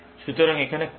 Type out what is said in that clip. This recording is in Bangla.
সুতরাং এখানে পেঅফ কি